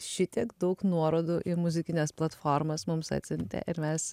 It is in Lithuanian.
šitiek daug nuorodų į muzikines platformas mums atsiuntė ir mes